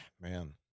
Man